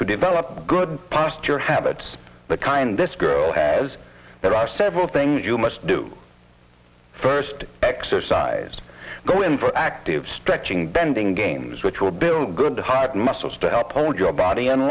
to develop good posture habits the kind this girl has there are several things you must do first exercise going for active stretching bending games which will build good heart muscles to help hold your body on